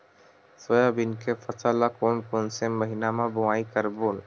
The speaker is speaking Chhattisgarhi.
सोयाबीन के फसल ल कोन कौन से महीना म बोआई करबो?